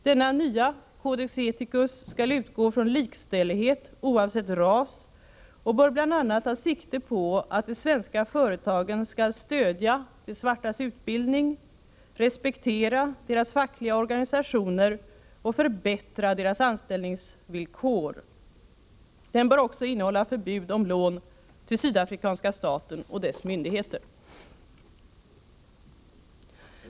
Denna nya Codex Ethicus skall utgå från likställighet oavsett ras och bör bl.a. ta sikte på att de svenska företagen skall stödja de svartas utbildning, respektera deras fackliga organisationer och förbättra deras anställningsvillkor. Den bör också innehålla förbud mot lån till sydafrikanska staten och dess myndigheter.